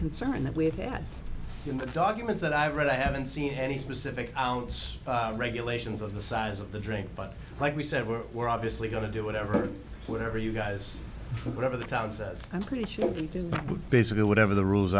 concern that we've had in the documents that i've read i haven't seen any specific amounts of regulations of the size of the drink but like we said we're we're obviously going to do whatever whatever you guys whatever the town says i'm pretty sure we do basically whatever the rules